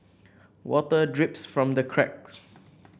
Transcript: water drips from the cracks